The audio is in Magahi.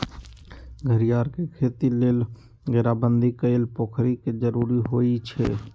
घरियार के खेती लेल घेराबंदी कएल पोखरि के जरूरी होइ छै